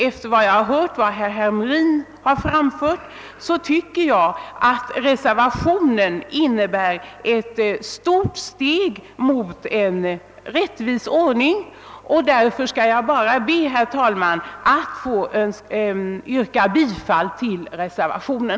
Efter att ha hört vad herr Hamrin i Jönköping hade att säga tycker jag att reservationen innebär ett stort steg mot en rättvis ordning, och därför skall jag bara, herr talman, be att få yrka bifall till reservationen.